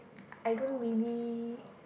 I don't really